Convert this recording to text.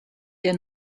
der